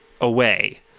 away